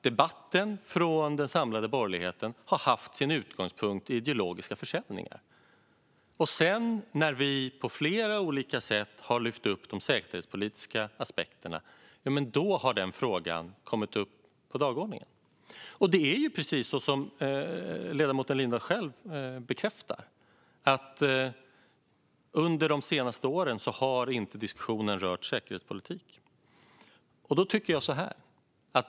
Debatten från den samlade borgerligheten har haft sin utgångspunkt i ideologiska försäljningar. När vi sedan på flera olika sätt har lyft upp de säkerhetspolitiska aspekterna har den frågan kommit upp på dagordningen. Det är precis som ledamoten Lindahl själv bekräftar. Under de senaste åren har inte diskussionen rört säkerhetspolitik.